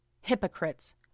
hypocrites